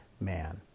man